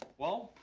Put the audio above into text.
well,